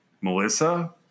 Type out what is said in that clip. Melissa